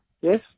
yes